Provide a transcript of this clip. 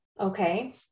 okay